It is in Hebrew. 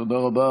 תודה רבה.